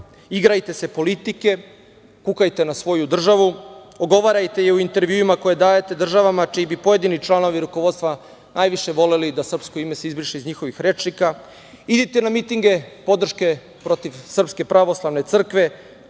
igrajte se politike, kukajte na svoju državu, ogovarajte je u intervjuima koje dajete državama čiji bi pojedini članovi rukovodstva najviše voleli da se srpsko ime izbriše iz njihovih rečnika, idite na mitinge podrške protiv SPC, vređajte ovu